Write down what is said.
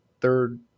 third